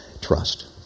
trust